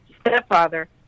stepfather